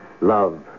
Love